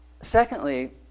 secondly